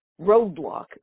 roadblock